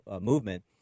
movement